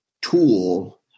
tool